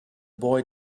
boy